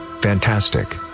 Fantastic